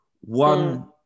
One